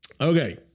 Okay